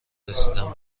رسیدن